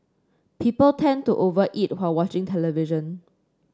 people tend to over eat while watching the television